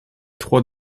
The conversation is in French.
trois